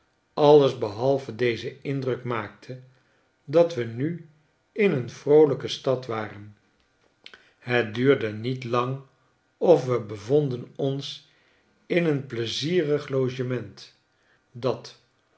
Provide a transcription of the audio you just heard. alles behalve dezen indruk maakte dat we nu in een vroolijke stad waren het duurde niet lang of we bevonden ons in een pleizierig logement dat